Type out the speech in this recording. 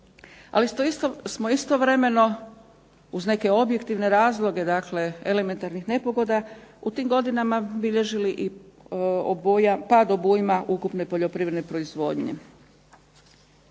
Ali smo istovremeno uz neke objektivne razloge, dakle elementarnih nepogoda, u tim godinama bilježili i pad obujma ukupne poljoprivredne proizvodnje.